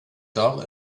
dull